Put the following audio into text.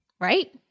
right